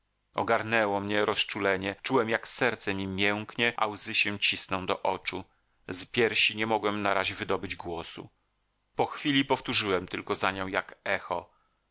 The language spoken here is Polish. ogarnęło mnie rozczulenie czułem jak serce mi mięknie a łzy się cisną do oczu z piersi nie mogłem na razie wydobyć głosu po chwili powtórzyłem tylko za nią jak echo